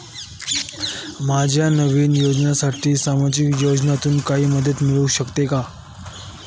माझ्या नवीन व्यवसायासाठी सामाजिक योजनेतून काही मदत मिळू शकेल का?